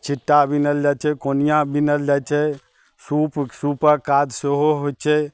छिट्टा बिनल जाइ छै कोनिया बिनल जाइ छै सूप सूपक काज सेहो होइ छै